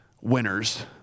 winners